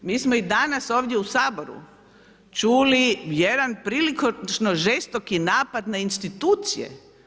Mi smo i danas ovdje u Saboru čuli jedan prilično žestoki napad na institucije.